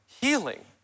healing